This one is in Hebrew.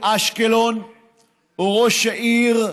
אשקלון או ראש העיר